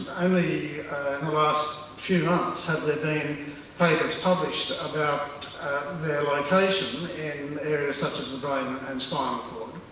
only the last few months, have there been papers published about their location, in areas such as the brain and spinal cord.